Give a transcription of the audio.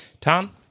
Tom